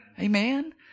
Amen